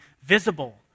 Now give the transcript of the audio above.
visible